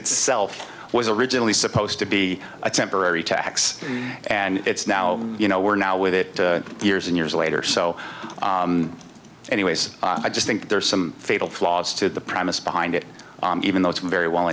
itself was originally supposed to be a temporary tax and it's now you know we're now with it years and years later so anyways i just think there's some fatal flaws to the premise behind it even though it's very well